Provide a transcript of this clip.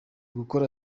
gukora